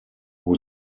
who